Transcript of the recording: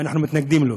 ואנחנו מתנגדים לו.